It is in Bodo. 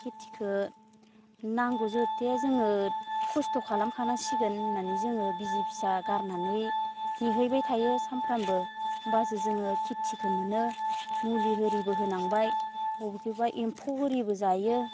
खेथिखौ नांगौ जिहेथु जोङो खस्थ' खालामखानांसिगोन होननानै जोङो बिसि फिसा गारनानै नेहैबाय थायो सानफ्रोमबो होनबासो जोङो खेथिखौ मोनो मुलि आरिबो होनांबाय बबेखिबा एम्फौ आरिबो जायो